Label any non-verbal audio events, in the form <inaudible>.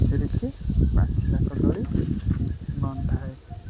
<unintelligible> ପାଚିଲା କଦଳୀ <unintelligible>